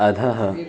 अधः